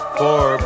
four